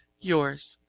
yours,